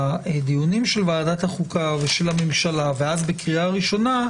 בדיונים של ועדת החוקה ושל הממשלה ובקריאה ראשונה,